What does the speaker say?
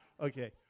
Okay